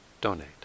donate